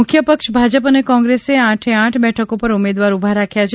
મુખ્ય પક્ષ ભાજપ અને કોંગ્રેસે આઠે આઠ બેઠકો પર ઉમેદવાર ઉભા રાખ્યા છે